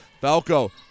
Falco